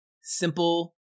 simple